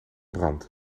brand